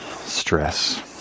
stress